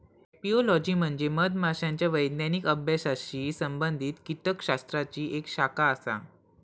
apiology म्हणजे मधमाशांच्या वैज्ञानिक अभ्यासाशी संबंधित कीटकशास्त्राची एक शाखा आसा